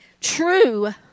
true